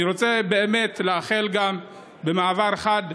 אני רוצה באמת, במעבר חד,